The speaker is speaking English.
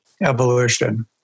evolution